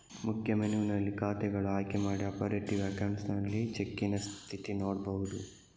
ಮುಖ್ಯ ಮೆನುವಿನಲ್ಲಿ ಖಾತೆಗಳು ಆಯ್ಕೆ ಮಾಡಿ ಆಪರೇಟಿವ್ ಅಕೌಂಟ್ಸ್ ಅಲ್ಲಿ ಚೆಕ್ಕಿನ ಸ್ಥಿತಿ ನೋಡ್ಬಹುದು